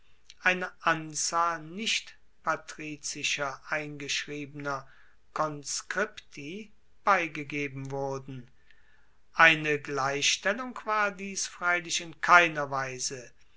eine anzahl nicht patrizischer eingeschriebener conscripti beigegeben wurden eine gleichstellung war dies freilich in keiner weise